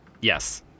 Yes